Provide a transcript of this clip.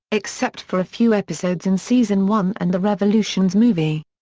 except for a few episodes in season one and the revolutions movie.